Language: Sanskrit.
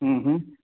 ह् ह्